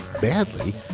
badly